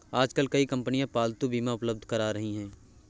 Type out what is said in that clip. आजकल कई कंपनियां पालतू बीमा उपलब्ध करा रही है